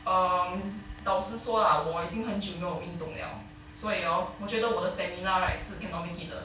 um 老实说 lah 我已经很久没有运动了所以 hor 我觉得我的 stamina 是 cannot make it 的